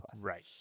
Right